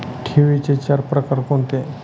ठेवींचे चार प्रकार कोणते?